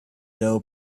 doe